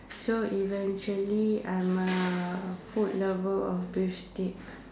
so eventually I'm a food lover of beef steak